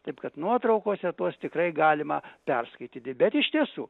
taip kad nuotraukose tuos tikrai galima perskaityti bet iš tiesų